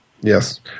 Yes